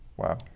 Wow